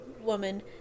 woman